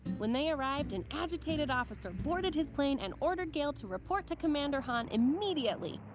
when they arrived, an agitated officer boarded his plane, and ordered gail to report to commander haun immediately.